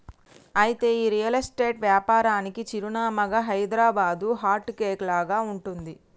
అయితే ఈ real estate వ్యాపారానికి చిరునామాగా హైదరాబాదు హార్ట్ కేక్ లాగా ఉంటుంది